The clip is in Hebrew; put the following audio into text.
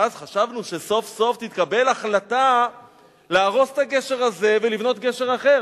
ואז חשבנו שסוף-סוף תתקבל החלטה להרוס את הגשר הזה ולבנות גשר אחר,